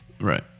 Right